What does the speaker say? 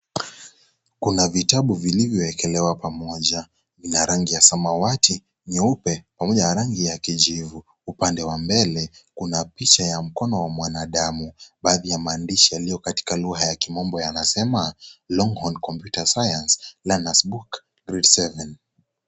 Kuna vitabu vilivyowekelewa pamoja, vina rangi ya samawati nyeupe pamoja na rangi ya kijivu upande wa mbele kuna picha ya mkono wa mwanadamu baadhi ya maandishi yaliyo katika lugha ya kimombo yanasema longhorn computer science learners book grade 7 .